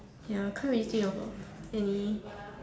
ya can't really think of of any